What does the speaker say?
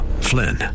Flynn